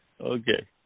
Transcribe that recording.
Okay